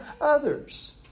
others